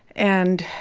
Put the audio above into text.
and